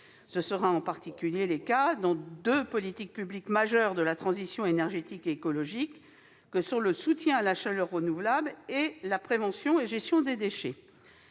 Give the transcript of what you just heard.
Ce sera en particulier le cas avec deux politiques publiques majeures de la transition énergétique et écologique : le soutien à la chaleur renouvelable et la prévention et la gestion des déchets.